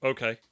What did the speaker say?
Okay